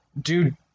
Dude